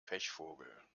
pechvogel